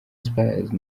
spears